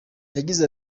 yagize